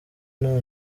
nta